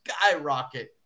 skyrocket